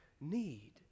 need